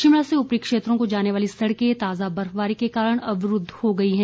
शिमला से उपरी क्षेत्रों को जाने वाली सड़कें ताजा बर्फबारी के कारण अवरूद्व हो गई हैं